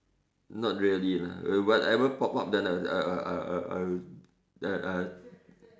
not really lah uh whatever pop up then I I I I I I I'll